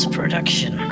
Production